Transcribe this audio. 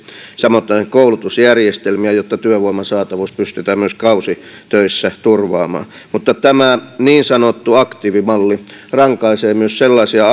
samaten koulutusjärjestelmiä jotta työvoiman saatavuus pystytään myös kausitöissä turvaamaan mutta tämä niin sanottu aktiivimalli rankaisee myös sellaisia